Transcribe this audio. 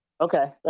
Okay